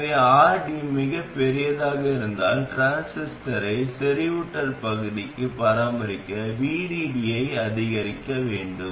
எனவே RD மிகப் பெரியதாக இருந்தால் டிரான்சிஸ்டரை செறிவூட்டல் பகுதியில் பராமரிக்க VDD ஐ அதிகரிக்க வேண்டும்